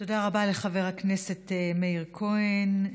תודה רבה לחבר הכנסת מאיר כהן.